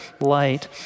light